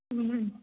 ம் ம்